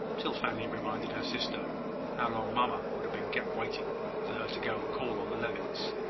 till fanny reminded her sister how long mamma would have been kept waiting for her to go and call on the levitts.